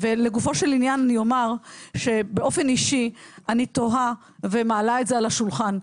לגופו של עניין אני אומר שבאופן אישי אני תוהה ומעלה את זה על השולחן.